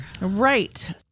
right